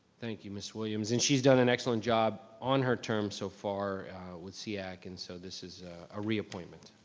thank you, ms. williams, and she's done an excellent job on her term so far with seac, and so, this is a reappointment.